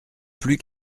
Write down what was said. plus